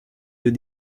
deux